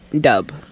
dub